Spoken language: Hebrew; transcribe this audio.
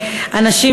מכובדים.